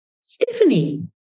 Stephanie